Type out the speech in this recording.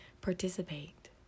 participate